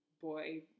boy